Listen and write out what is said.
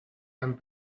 and